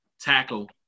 tackle